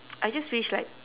I just wish like